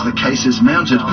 um cases mounted up,